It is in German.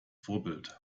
vorbild